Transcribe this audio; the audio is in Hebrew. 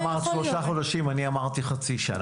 את אמרת שלושה חודשים, אני אמרתי חצי שנה.